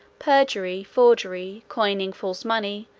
perjury, forgery, coining false money,